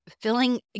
Feeling